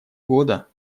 года